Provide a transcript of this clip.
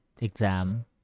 exam